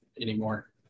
anymore